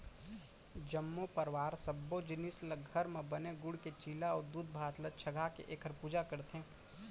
जम्मो परवार सब्बो जिनिस ल घर म बने गूड़ के चीला अउ दूधभात ल चघाके एखर पूजा करथे